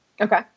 Okay